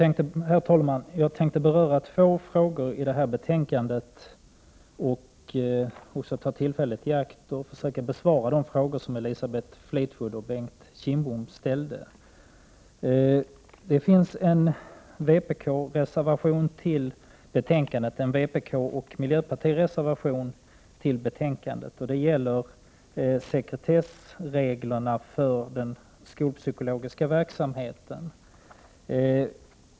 Herr talman! Jag tänkte beröra två frågor i det här betänkandet och även ta tillfället i akt att försöka besvara de frågor som Elisabeth Fleetwood och Bengt Kindbom ställde. Det finns en vpkoch miljöpartireservation till betänkandet, och den gäller sekretessreglerna för den skolpsykologiska verksamheten.